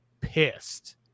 pissed